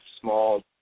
small